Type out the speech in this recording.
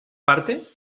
parte